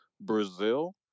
Brazil